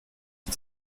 ist